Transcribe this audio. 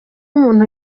umuntu